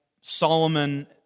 Solomon